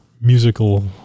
musical